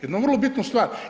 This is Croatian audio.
Jednu vrlo bitnu stvar.